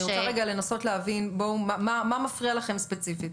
אני רוצה רגע לנסות להבין מה מפריע לכם ספציפית.